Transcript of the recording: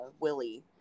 Willie